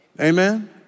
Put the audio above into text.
Amen